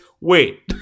wait